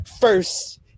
first